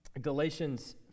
Galatians